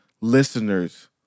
listeners